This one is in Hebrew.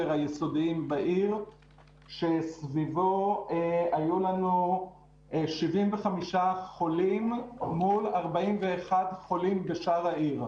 היסודיים בעיר שסביבו היו לנו 75 חולים מול 41 חולים בשאר העיר,